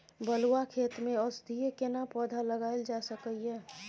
बलुआ खेत में औषधीय केना पौधा लगायल जा सकै ये?